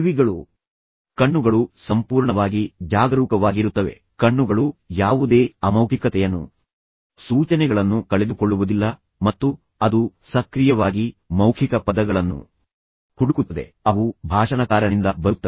ಕಿವಿಗಳು ಸಂಪೂರ್ಣವಾಗಿ ಜಾಗರೂಕವಾಗಿರುತ್ತವೆ ಕಣ್ಣುಗಳು ಸಂಪೂರ್ಣವಾಗಿ ಜಾಗರೂಕವಾಗಿರುತ್ತವೆ ಕಣ್ಣುಗಳು ಯಾವುದೇ ಅಮೌಖಿಕತೆಯನ್ನು ಸೂಚನೆಗಳನ್ನು ಕಳೆದುಕೊಳ್ಳುವುದಿಲ್ಲ ಮತ್ತು ಅದು ಸಕ್ರಿಯವಾಗಿ ಮೌಖಿಕ ಪದಗಳನ್ನು ಹುಡುಕುತ್ತದೆ ಅವು ಭಾಷಣಕಾರನಿಂದ ಬರುತ್ತವೆ